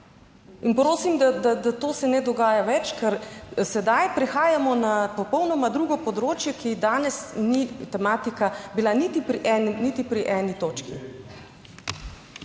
Prosim, da to se ne dogaja več, ker sedaj prehajamo na popolnoma drugo področje, ki danes ni tematika bila niti pri eni točki.